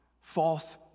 False